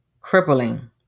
crippling